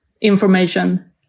information